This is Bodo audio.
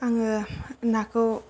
आङो नाखौ